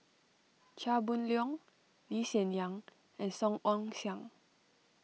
Chia Boon Leong Lee Hsien Yang and Song Ong Siang